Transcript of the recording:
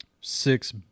six